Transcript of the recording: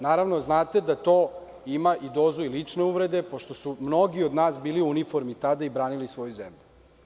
Naravno, znate da to ima i dozu lične uvrede, pošto su mnogi od nas bili u uniformi i branili svoju zemlju.